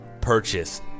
purchase